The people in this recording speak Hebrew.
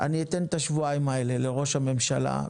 אני אתן את השבועיים האלה לראש הממשלה,